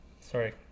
sorry